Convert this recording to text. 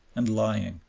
and lying.